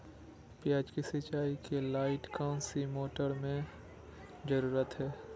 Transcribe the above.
प्याज की सिंचाई के लाइट कौन सी मोटर की जरूरत है?